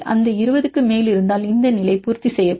அது 20 க்கு மேல் இருந்தால் இந்த நிலை பூர்த்தி செய்யப்படும்